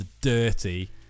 dirty